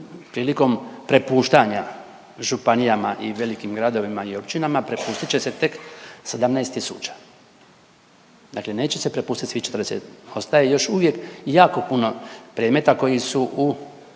Prilikom prepuštanja županijama i velikim gradovima i općinama, prepustit će se tek 17 tisuća. Dakle neće se prepustit svih 40. Ostaje još uvijek jako puno predmeta koji su u